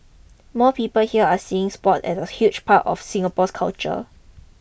more people here are seeing sports as a huge part of Singapore's culture